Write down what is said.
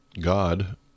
God